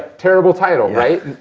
terrible title, right